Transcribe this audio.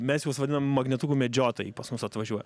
mes juos vadinam magnetukų medžiotojai pas mus atvažiuoja